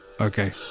Okay